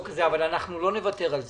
אבל אנחנו לא נוותר על זה.